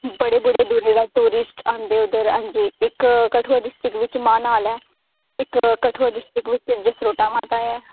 बड़े दूरा दूरा दे टुरिस्ट आंदे न इद्धर इक्क कठुआ डिस्ट्रिक्ट च मेन हॉल ऐ इक्क कठुआ डिस्ट्रिक्ट बिच जसरोटा माता ऐ